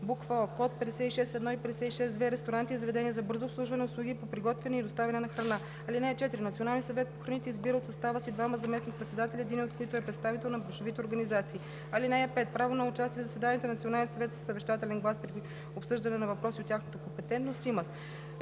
о) код 56.1. и 56.2 – Ресторанти и заведения за бързо обслужване; услуги по приготвяне и доставяне на храна. (4) Националният съвет по храните избира от състава си двама заместник-председатели, единият от които е представител на браншовите организации. (5) Право на участие в заседанията на Националния съвет със съвещателен глас при обсъждане на въпроси от тяхната компетентност имат: